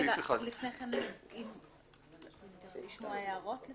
רגע, לפני כן כדאי לשמוע הערות כי